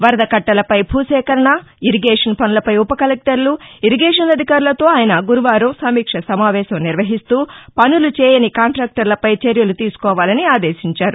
వరద కట్టలపై భూసేకరణ ఇరిగేషన్ పనులపై ఉప కలెక్టర్లు ఇరిగేషన్ అధికారులతో ఆయన గురువారం సమీక్ష సమావేశం నిర్వహిస్తూ పనులు చేయని కాంటాక్లర్లపై చర్యలు తీసుకోవాలని ఆదేశించారు